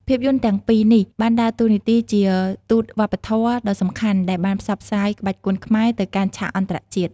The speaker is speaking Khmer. ភាពយន្តទាំងពីរនេះ បានដើរតួនាទីជាទូតវប្បធម៌ដ៏សំខាន់ដែលបានផ្សព្វផ្សាយក្បាច់គុនខ្មែរទៅកាន់ឆាកអន្តរជាតិ។